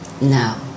now